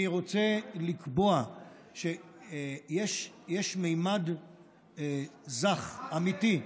אני רוצה לקבוע שיש ממד זך, אמיתי,